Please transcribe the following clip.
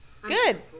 Good